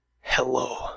hello